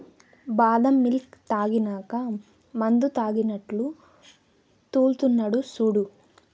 బాదం మిల్క్ తాగినాక మందుతాగినట్లు తూల్తున్నడు సూడు